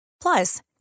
Plus